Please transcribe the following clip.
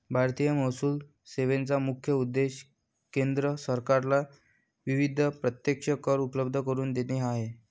भारतीय महसूल सेवेचा मुख्य उद्देश केंद्र सरकारला विविध प्रत्यक्ष कर उपलब्ध करून देणे हा आहे